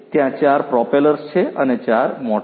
ત્યાં 4 પ્રોપેલર્સ છે અને 4 મોટર